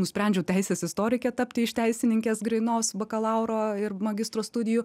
nusprendžiau teisės istorike tapti iš teisininkės grynos bakalauro ir magistro studijų